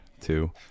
two